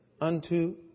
Unto